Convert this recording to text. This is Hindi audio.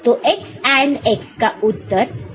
तो x AND x का उत्तर x ही रहता है